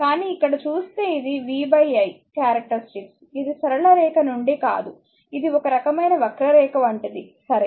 కానీ ఇక్కడ చుస్తే ఇది vi క్యారెక్టరెస్టిక్స్ ఇది సరళ రేఖ నుండి కాదు ఇది ఒక రకమైన వక్రరేఖ వంటిది సరే